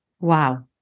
Wow